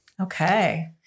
Okay